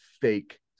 fake